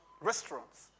restaurants